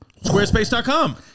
Squarespace.com